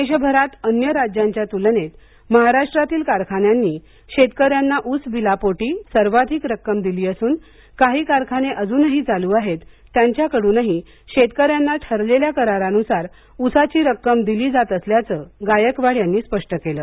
देशभरात अन्य राज्यांच्या तुलनेत महाराष्ट्रातील कारखान्यांनी शेतकऱ्यांना ऊस बिलापोटी सर्वाधिक रक्कम दिली असून काही कारखाने अजूनही चालू आहेत त्यांच्याकडूनही शेतकऱ्यांना ठरलेल्या करारानुसार उसाची रक्कम दिली जात असल्याचं गायकवाड यांनी स्पष्ट केलं